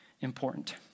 important